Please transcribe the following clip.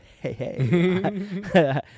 Hey